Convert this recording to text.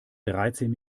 dreizehn